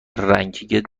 رنکینگ